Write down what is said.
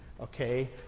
okay